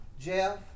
Jeff